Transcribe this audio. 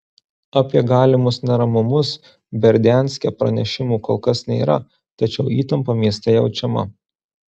apie galimus neramumus berdianske pranešimų kol kas nėra tačiau įtampa mieste jaučiama